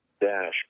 dash